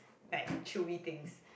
like chewy things